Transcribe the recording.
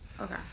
Okay